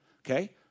Okay